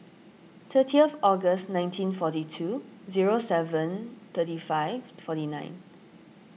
thirty August nineteen forty two zero seven thirty five forty nine